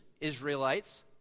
Israelites